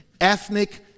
ethnic